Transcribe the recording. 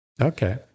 Okay